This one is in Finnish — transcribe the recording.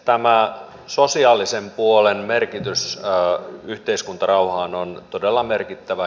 tämä sosiaalisen puolen merkitys yhteiskuntarauhaan on todella merkittävä